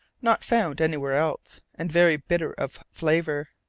not found anywhere else, and very bitter of flavour.